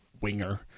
Winger